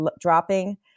dropping